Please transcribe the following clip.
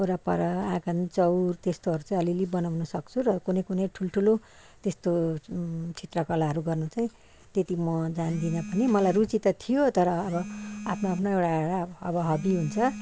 वरपर आँगन चौर त्यस्तोहरू चाहिँ अलिअलि बनाउन सक्छु र कुनै कुनै ठुल्ठुलो त्यसतो चित्रकलाहरू गर्नु चाहिँ त्यति म जान्दिन पनि मलाई रुची त थियो तर अब आफ्नो आफ्नो एउटा हबी हुन्छ